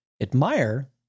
admire